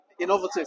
innovative